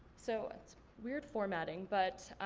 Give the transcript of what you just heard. so that's weird formatting, but